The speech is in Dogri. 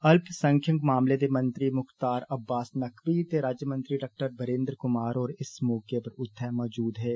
अल्प संख्यक मामले दे मंत्री मुख्तार अब्बास नकबी ते राज्यमंत्री डाक्टर विरेन्द्र कुमार होर इस मौके उत्थे मौजूद हे